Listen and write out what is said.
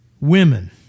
women